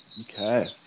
Okay